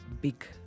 big